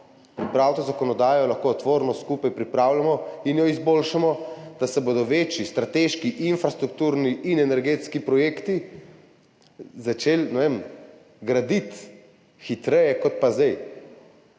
Pripravite zakonodajo, lahko jo tvorno skupaj pripravljamo in jo izboljšamo, da se bodo večji strateški infrastrukturni in energetski projekti začeli graditi hitreje kot pa zdaj.